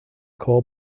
call